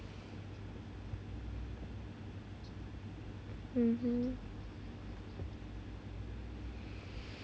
mm mm